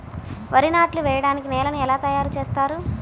వరి నాట్లు వేయటానికి నేలను ఎలా తయారు చేస్తారు?